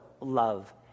love